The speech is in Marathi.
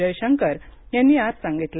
जयशंकर यांनी आज सांगितलं